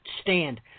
stand